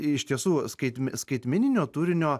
iš tiesų skaitm skaitmeninio turinio